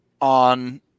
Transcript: on